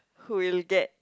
who will get